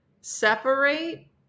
separate